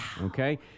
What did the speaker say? okay